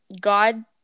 god